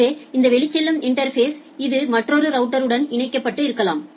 எனவே இந்த வெளிச்செல்லும் இன்டா்ஃபேஸ் இது மற்றொரு ரவுட்டர் உடன் இணைக்கப்பட்டு இருக்கலாம்